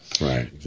Right